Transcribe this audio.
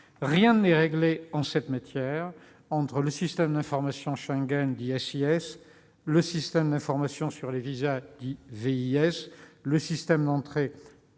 rien n'est réglé en cette matière, entre le système d'information Schengen (SIS), le système d'information sur les visas (VIS), le système entrée-sortie